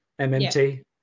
MMT